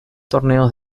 torneos